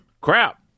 crap